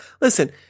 listen –